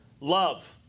love